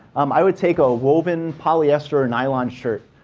um i would take a woven polyester nylon shirt.